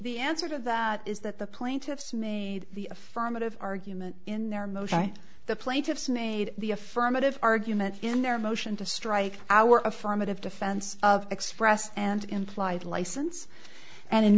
the answer to that is that the plaintiffs made the affirmative argument in their motion and the plaintiffs made the affirmative argument in their motion to strike our affirmative defense of express and implied license and in